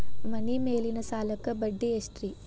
ಮನಿ ಮೇಲಿನ ಸಾಲಕ್ಕ ಬಡ್ಡಿ ಎಷ್ಟ್ರಿ?